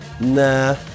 nah